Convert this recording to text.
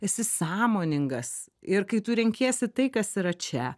esi sąmoningas ir kai tu renkiesi tai kas yra čia